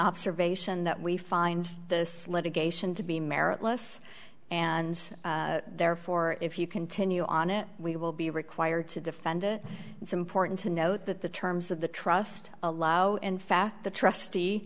observation that we find this litigation to be meritless and therefore if you continue on it we will be required to defend it it's important to note that the terms of the trust allow in fact the trustee